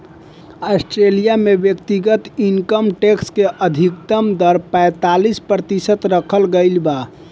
Australia में व्यक्तिगत income tax के अधिकतम दर पैतालीस प्रतिशत रखल गईल बा